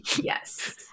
yes